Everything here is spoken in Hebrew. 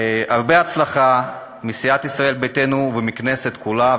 הרבה הצלחה מסיעת ישראל ביתנו ומהכנסת כולה,